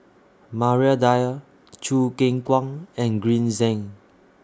Maria Dyer Choo Keng Kwang and Green Zeng